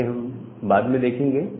इसे हम बाद में देखेंगे